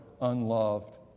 unloved